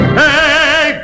hey